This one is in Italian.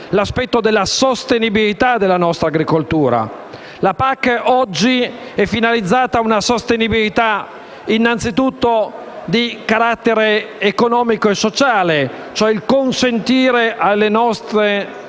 all'aspetto della sostenibilità della nostra agricoltura. Oggi la PAC è finalizzata a una sostenibilità innanzitutto di carattere economico e sociale, cioè a consentire alle nostre